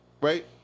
Right